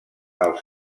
als